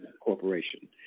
corporation